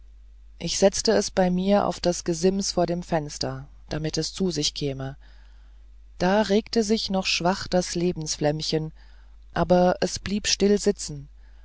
ich setzte es bei mir auf das gesims vor dem fenster damit es zu sich käme und da regte sich noch schwach das lebensflämmchen aber es blieb still sitzen